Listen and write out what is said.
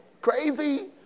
crazy